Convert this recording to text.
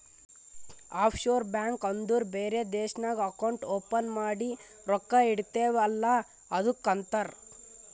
of sure bank ಅಂದುರ್ ಬೇರೆ ದೇಶ್ನಾಗ್ ಅಕೌಂಟ್ ಓಪನ್ ಮಾಡಿ ರೊಕ್ಕಾ ಇಡ್ತಿವ್ ಅಲ್ಲ ಅದ್ದುಕ್ ಅಂತಾರ್